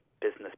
business